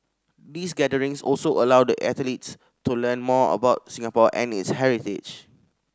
these gatherings also allow the athletes to learn more about Singapore and its heritage